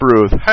Ruth